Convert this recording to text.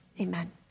amen